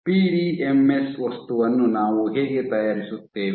PDMS ವಸ್ತುವನ್ನು ನಾವು ಹೇಗೆ ತಯಾರಿಸುತ್ತೇವೆ